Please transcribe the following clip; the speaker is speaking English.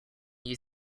new